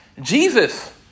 Jesus